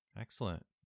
Excellent